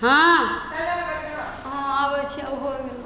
हाँ हाँ आबेे छिय